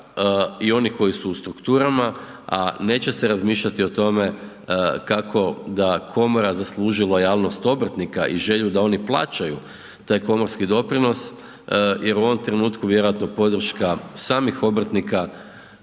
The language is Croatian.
i onih koji su u strukturama a neće se razmišljati o tome kako da komora zasluži lojalnost obrtnika i želju da oni plaćaju taj komorski doprinos jer u ovom trenutku vjerojatno podrška samih obrtnika